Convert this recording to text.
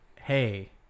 hey